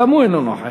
גם הוא אינו נוכח,